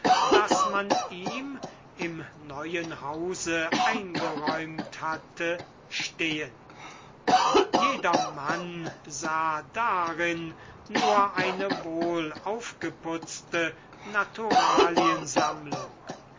das man ihm im neuen hause eingeräumt hatte stehen jedermann sah darin nur eine wohl aufgeputzte